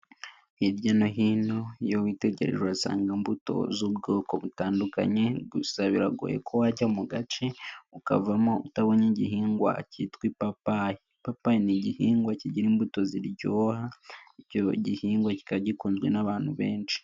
Hirya no hino iyo witegereje urasanga imbuto z'ubwoko butandukanye gusa biragoye ko wajya mu gace ukavamo utabona igihingwa cyitwa ipapayipapa, ni igihingwa kigira imbuto ziryoha icyo gihingwa kiba gikunzwe n'abantu benshi.